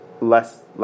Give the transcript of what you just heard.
less